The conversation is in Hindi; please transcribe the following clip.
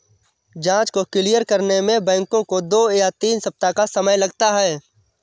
जाँच को क्लियर करने में बैंकों को दो या तीन सप्ताह का समय लगता है